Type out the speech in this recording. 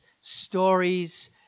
stories